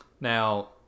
now